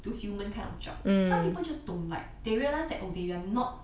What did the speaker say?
to human kind of job some people just don't like they realised that oh they are not